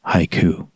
Haiku